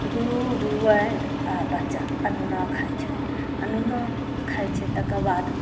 गुरु गुरुआइन आ बच्चा अनोना खाइत छै अनोना खाइत छै तकर बाद